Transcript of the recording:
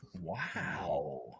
Wow